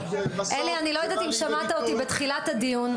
אני לא יודעת אם שמעת אותי בתחילת הדיון,